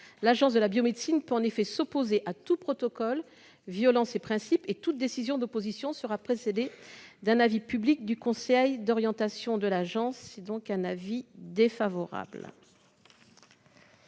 L'Agence de la biomédecine peut en effet s'opposer à tout protocole violant ces principes et toute décision d'opposition sera précédée d'un avis public de son conseil d'orientation. L'avis de la commission spéciale est défavorable.